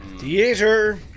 Theater